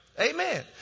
Amen